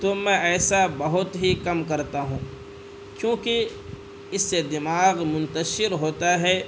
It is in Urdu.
تو میں ایسا بہت ہی کم کرتا ہوں کیوں کہ اس سے دماغ منتشر ہوتا ہے